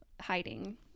hiding